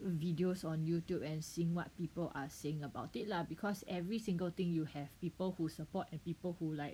videos on Youtube and seeing what people are saying about it lah because every single thing you have people who support and people who like